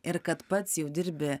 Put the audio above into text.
ir kad pats jau dirbi